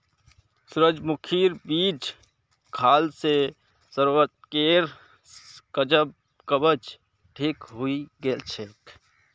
सूरजमुखीर बीज खाल से सार्थकेर कब्ज ठीक हइ गेल छेक